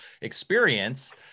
experience